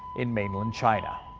in mainland china.